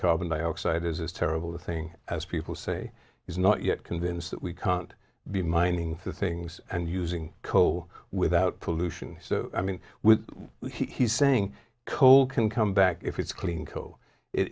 carbon dioxide is terrible the thing as people say is not yet convinced that we can't be mining the things and using coal without pollution so i mean when he's saying coal can come back if it's clean coal it